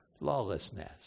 lawlessness